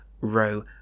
row